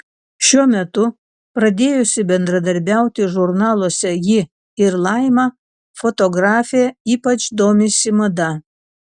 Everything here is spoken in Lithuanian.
šiuo metu pradėjusi bendradarbiauti žurnaluose ji ir laima fotografė ypač domisi mada